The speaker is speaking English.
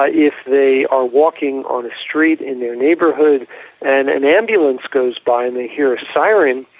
ah if they are walking on a street in their neighbourhood and an ambulance goes by and they hear a siren,